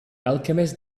alchemist